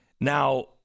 Now